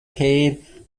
paid